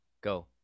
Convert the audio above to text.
Go